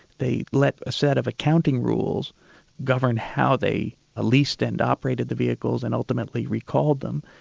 they let a set of accounting rules govern how they leased and operated the vehicles and ultimately recalled them,